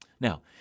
Now